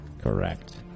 Correct